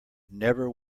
never